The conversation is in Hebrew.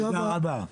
תודה רבה.